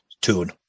Tune